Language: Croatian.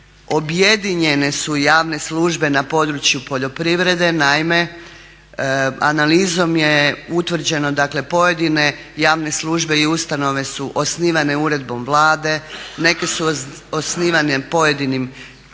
objedinjene su javne službe na području poljoprivrede. Naime, analizom je utvrđeno, dakle pojedine javne službe i ustanove su osnivane uredbom Vlade, neke su osnivane pojedinim posebnim